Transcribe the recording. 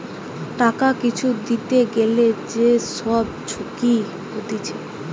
টাকা কিছু দিতে গ্যালে যে সব ঝুঁকি হতিছে